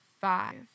five